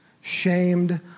shamed